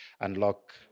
unlock